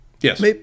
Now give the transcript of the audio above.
Yes